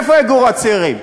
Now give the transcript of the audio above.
ואיפה יגורו הצעירים?